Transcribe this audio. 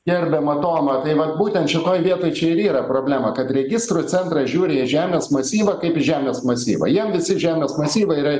gerbiamą tomą tai vat būtent šitoj vietoj čia ir yra problema kad registrų centras žiūri žemės masyvą kaip į žemės masyvą jiems visi žemės masyvai yra